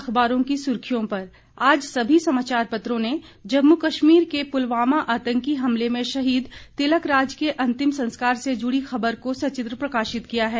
अखबारों की सुर्खियों पर आज सभी समाचार पत्रों ने जम्मू कश्मीर के पुलवामा आतंकी हमले में शहीद तिलकराज के अंतिम संस्कार से जुड़ी खबर को सचित्र प्रकाशित किया है